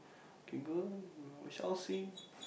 okay good we shall see